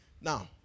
Now